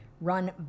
run